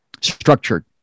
Structured